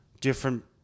different –